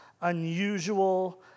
unusual